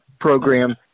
program